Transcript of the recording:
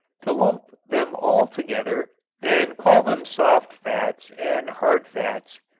to lump them all together and call them soft fats and hard fats,